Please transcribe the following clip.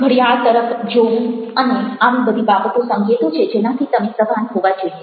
ઘડિયાળ તરફ જોવું અને આવી બધી બાબતો સંકેતો છે જેનાથી તમે સભાન હોવા જોઈએ